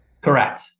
Correct